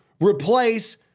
replace